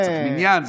הוא צריך מניין.